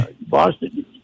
Boston